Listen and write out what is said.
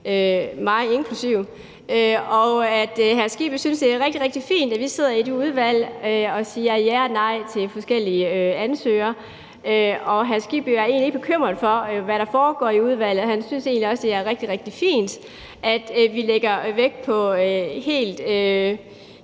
rare kolleger til hr. Hans Kristian Skibby, mig inklusive, i det udvalg og siger ja og nej til forskellige ansøgere. Og hr. Hans Kristian Skibby er egentlig ikke bekymret for, hvad der foregår i udvalget, og han synes egentlig også, at det er rigtig, rigtig fint, at vi lægger vægt på helt